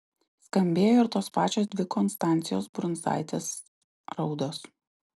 skambėjo ir tos pačios dvi konstancijos brundzaitės raudos